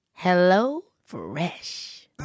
HelloFresh